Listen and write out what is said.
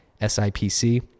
sipc